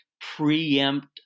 preempt